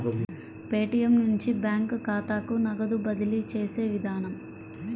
Paytm నుంచి bank ఖాతాకు నగదు బదిలీ చేసే విధానం